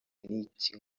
n’iki